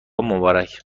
مبارک